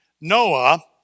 Noah